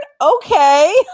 okay